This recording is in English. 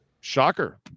Shocker